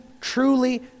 truly